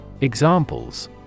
Examples